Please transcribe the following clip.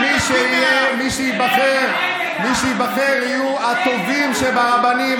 שמי שייבחרו יהיו הטובים שברבנים,